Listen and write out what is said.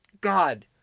God